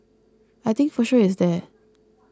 I think for sure it's there